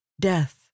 death